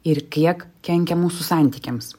ir kiek kenkia mūsų santykiams